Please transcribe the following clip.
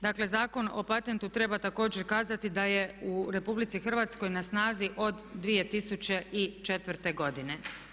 Dakle Zakon o patentu treba također kazati da je u RH na snazi od 2004.godine.